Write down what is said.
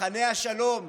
מחנה השלום,